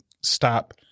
stop